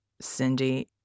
Cindy